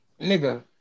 nigga